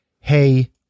hey